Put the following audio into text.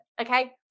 Okay